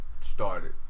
started